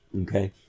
Okay